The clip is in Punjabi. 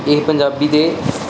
ਇਹ ਪੰਜਾਬੀ ਦੇ